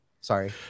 sorry